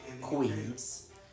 queens